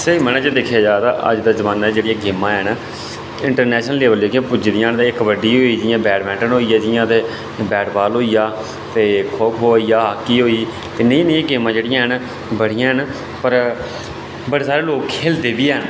स्हेई मायने च दिक्खेआ जा ते अज्जकल दे जमाने च जेह्ड़ियां गेमां हैन ते इंटरनैशनल लेवल पर पुज्जी दियां न जि'यां कबड्डी होई बैडमिंटन होइया जि'यां ते बैट बॉल होइया ते खो खो होइया हॉकी होई ते नेहीं नेहीं गेमां जेह्ड़ियां हैन ते बड़ियां न ते बड़े सारे लोक खेलदे बी हैन